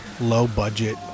low-budget